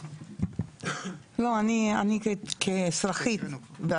אני כאזרחית.